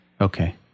okay